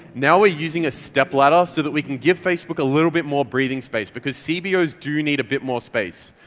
now we're using a stepladder so that we can give facebook a little bit more breathing space, because cbos do need a bit more space.